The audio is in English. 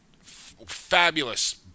fabulous